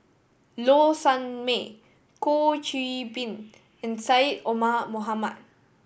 Low Sanmay Goh Qiu Bin and Syed Omar Mohamed